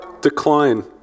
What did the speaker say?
Decline